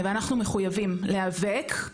ואנחנו מחויבים להיאבק,